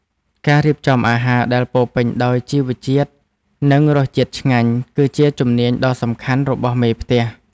ការរៀបចំអាហារដែលពោរពេញដោយជីវជាតិ និងរសជាតិឆ្ងាញ់ គឺជាជំនាញដ៏សំខាន់របស់មេផ្ទះ។